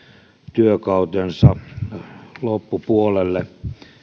työkautensa loppupuolelle